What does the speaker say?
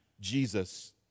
Jesus